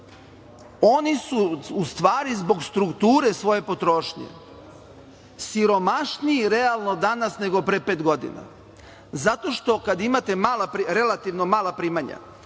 oni su zbog strukture svoje potrošnje siromašniji realno danas, nego pre pet godina, zato što kada imate relativno mala primanja,